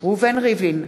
ראובן ריבלין,